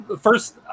first